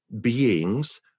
beings